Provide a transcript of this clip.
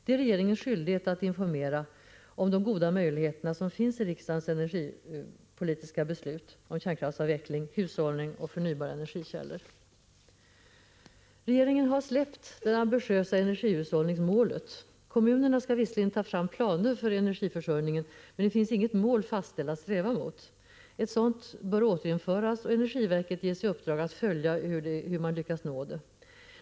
Det är regeringens skyldighet att informera om de goda möjligheter som finns genom riksdagens energipolitiska beslut om kärnkraftsavveckling, hushållning och förnybara energikällor. Regeringen har släppt det ambitiösa energihushållningsmålet. Kommunerna skall visserligen ta fram planer för energiförsörjningen, men det finns inget fastställt mål att sträva mot. Ett sådant bör återinföras och energiverket ges i uppdrag att följa hur man lyckas nå det.